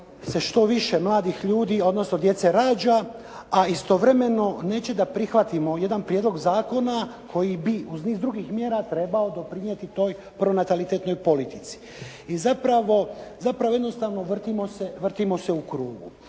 što više mladih ljudi odnosno djece rađa a istovremeno neće da prihvatimo jedan prijedlog zakona koji bi uz niz drugih mjera trebao doprinijeti toj pronatalitetnoj politici. I zapravo, jednostavno vrtimo se u krugu.